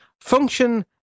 Function